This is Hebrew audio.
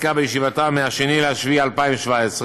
בישיבתה ב-2 ביולי 2017,